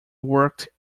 worked